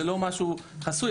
זה לא משהו חסוי,